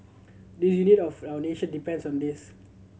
the unity of our nation depends on this